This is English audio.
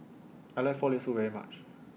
I like Frog Leg Soup very much